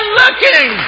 looking